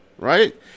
right